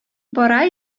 бара